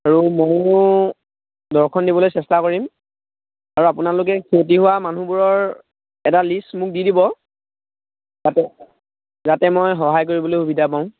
আৰু ময়ো দৰ্শন দিবলৈ চেষ্টা কৰিম আৰু আপোনালোকে ক্ষতি হোৱা মানুহবোৰৰ এটা লিষ্ট মোক দি দিব যাতে যাতে মই সহায় কৰিবলৈ সুবিধা পাওঁ